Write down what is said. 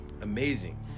amazing